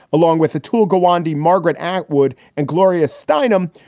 along with the tool guandong, margaret atwood and gloria steinem,